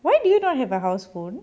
why do you not have a house phone